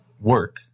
work